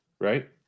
Right